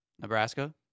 Nebraska